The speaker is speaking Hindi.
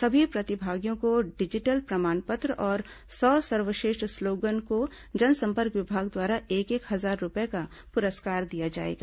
सभी प्रतिभागियों को डिजिटल प्रमाण पत्र और सौ सर्वश्रेष्ठ स्लोगन को जनसंपर्क विभाग द्वारा एक एक हजार रूपए का पुरस्कार दिया जाएगा